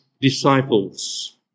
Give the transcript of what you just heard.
disciples